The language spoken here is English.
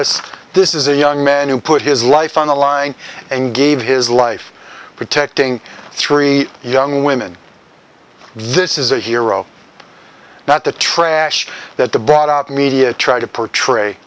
us this is a young man who put his life on the line and gave his life protecting three young women this is a hero not the trash that the brought up media try to portray